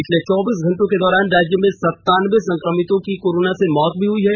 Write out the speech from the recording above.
पिछले चौबीस घंटों के दौरान राज्य में संतानबे संक्रमितों की कोरोना से मौत हुई है